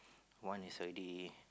one is already